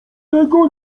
tego